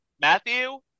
Matthew